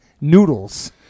Noodles